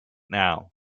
now